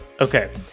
Okay